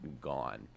gone